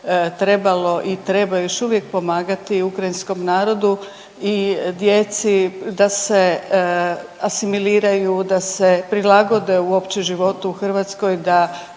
trebalo i treba još uvijek pomagati ukrajinskom narodu i djeci da se asimiliraju, da se prilagode uopće životu u Hrvatskoj,